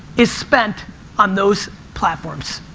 is spent on those platforms.